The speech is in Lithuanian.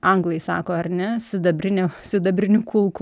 anglai sako ar ne sidabrinių sidabrinių kulkų